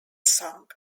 song